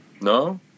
No